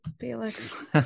Felix